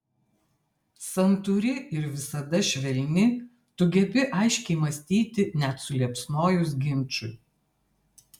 santūri ir visada švelni tu gebi aiškiai mąstyti net suliepsnojus ginčui